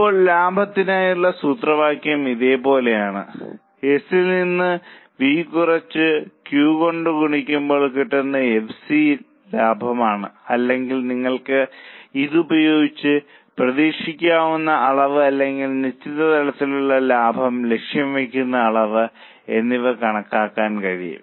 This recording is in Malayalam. ഇപ്പോൾ ലാഭത്തിനായുള്ള സൂത്രവാക്യം ഇതുപോലെയാണ് എസിൽ നിന്ന് വി കുറച്ച് ക്യു കൊണ്ട് ഗുണിക്കുമ്പോൾ കിട്ടുന്ന എഫ്സി ലാഭമാണ് അല്ലെങ്കിൽ നിങ്ങൾക്ക് ഇത് ഉപയോഗിച്ച് പ്രതീക്ഷിക്കുന്ന അളവ് അല്ലെങ്കിൽ നിശ്ചിത തലത്തിലുള്ള ലാഭം ലക്ഷ്യം വയ്ക്കുന്ന അളവ് എന്നിവ കണക്കാക്കാൻ കഴിയും